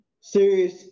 serious